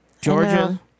Georgia